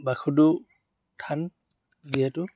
বাসুদেব থান যিহেটো